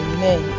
Amen